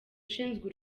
ushinzwe